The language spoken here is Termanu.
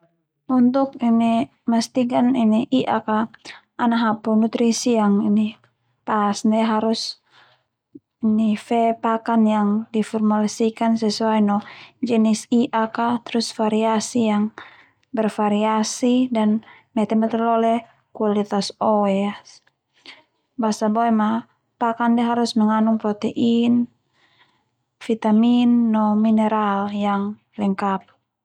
Untuk mastikan i'ak a ana hapu nutrisi yang pas ndia harus fe pakan yang diformulasikan sesuai no jenis i'ak a, terus variasi yang bervariasi dan mete matlalole kualitas oe a basa boe ma pakan ndia hrus mengandung protein vitamin no mineral yang lengkap.